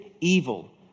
evil